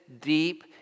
deep